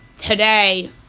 today